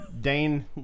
Dane